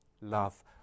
love